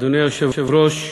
אדוני היושב-ראש,